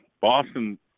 Boston